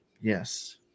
Yes